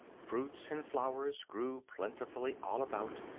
fruits and flowers grew plentifully all about,